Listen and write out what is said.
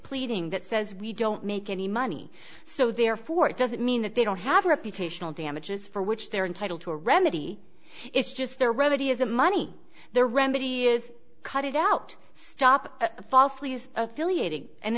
pleading that says we don't make any money so therefore it doesn't mean that they don't have reputational damage is for which they're entitled to a remedy it's just their remedy is a money the remedy is cut it out stop falsely is affiliating an